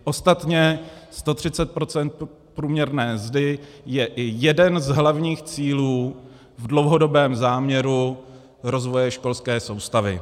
Ostatně 130 % průměrné mzdy je i jeden z hlavních cílů v dlouhodobém záměru rozvoje školské soustavy.